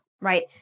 right